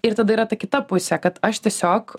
ir tada yra ta kita pusė kad aš tiesiog